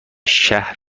شهر